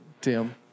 Tim